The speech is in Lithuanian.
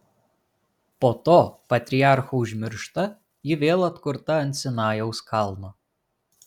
po to patriarchų užmiršta ji vėl atkurta ant sinajaus kalno